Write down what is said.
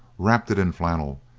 wrapped it in flannel,